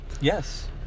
yes